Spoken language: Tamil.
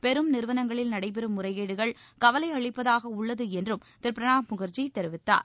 பெரும் நிறுவனங்களில் நடைபெறும் முறைகேடுகள் கவலை அளிப்பதாக உள்ளது என்றும் திரு பிரணாப் முகர்ஜி தெரிவித்தார்